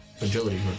agility